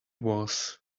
was